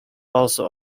also